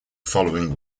following